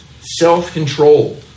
self-control